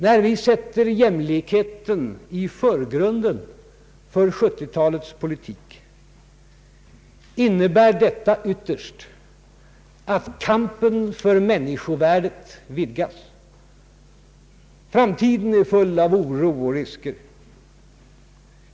När vi sätter jämlikheten i förgrunden för 1970-talets politik, innebär detta ytterst att kampen för människovärdet vidgas. Framtiden är full av oro och risker.